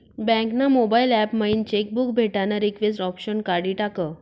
bank ना mobile app मयीन cheque book भेटानं रिक्वेस्ट ऑप्शन काढी टाकं